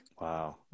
wow